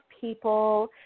people